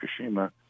Fukushima